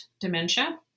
dementia